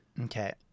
Okay